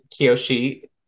Kiyoshi